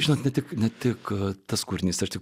žinot ne tik ne tik tas kūrinys ar tik